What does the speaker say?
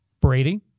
Brady